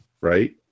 Right